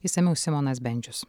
išsamiau simonas bendžius